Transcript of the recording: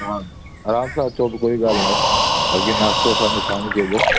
हा आरामु सां अचो कोई ॻाल्हि न आहे बाक़ी नाश्तो असांजो साणि थी वेंदो